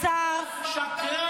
אתה שקרן.